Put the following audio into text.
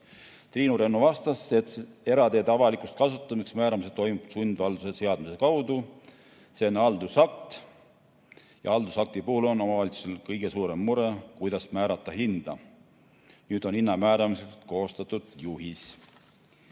Triinu Rennu vastas, et erateede avalikuks kasutamiseks määramine toimub sundvalduse seadmise kaudu. See on haldusakt ja haldusakti puhul on omavalitsustel kõige suurem mure, kuidas määrata hinda. Nüüd on hinna määramiseks koostatud juhis.